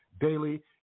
daily